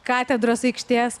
katedros aikštės